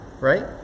right